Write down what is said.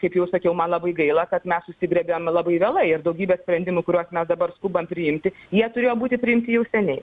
kaip jau sakiau man labai gaila kad mes susigriebėm labai vėlai ir daugybė sprendimų kuriuos dabar skubam priimti jie turėjo būti priimti jau seniai